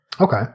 okay